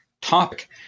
topic